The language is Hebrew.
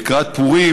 לקראת פורים,